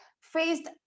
faced